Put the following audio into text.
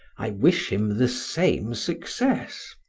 i wish him the same success.